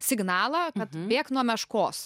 signalą kad bėk nuo meškos